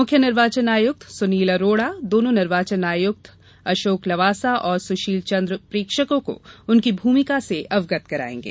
मुख्य निर्वाचन आयुक्त सुनील अरोड़ा दोनों निर्वाचन आयुक्त अशोक लवासा और सुशील चन्द्र प्रेक्षकों को उनकी भूमिका से अवगत कराएंगे